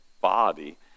body